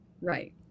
Right